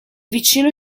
vicino